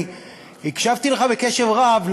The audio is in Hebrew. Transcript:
אני הקשבתי לך בקשב רב,